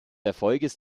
erfolgs